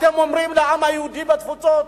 אתם אומרים לעם היהודי בתפוצות,